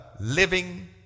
living